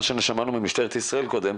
מה ששמענו קודם ממשטרת ישראל,